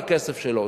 על הכסף שלו.